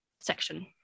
section